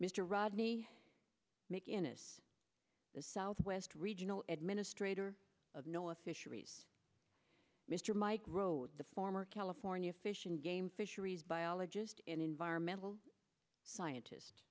mcinnes the southwest regional administrator of noah fisheries mr mike rowe the former california fish and game fisheries biologist and environmental scientist